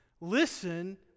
Listen